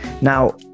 Now